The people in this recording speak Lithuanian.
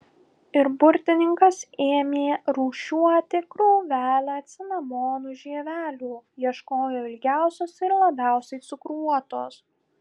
ir burtininkas ėmė rūšiuoti krūvelę cinamonų žievelių ieškojo ilgiausios ir labiausiai cukruotos